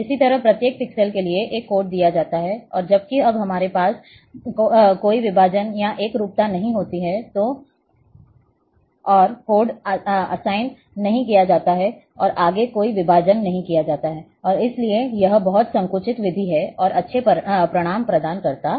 इसी तरह प्रत्येक पिक्सेल के लिए एक कोड दिया जाता है और जबकि जब हमारे पास कोई विभाजन या एकरूपता नहीं होती है तो कोई और कोड असाइन नहीं किया जाता है और आगे कोई विभाजन नहीं किया जाता है और इसलिए यह बहुत संकुचित विधि है और अच्छे परिणाम प्रदान करता है